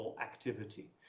activity